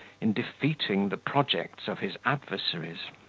in defeating the projects of his adversaries.